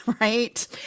right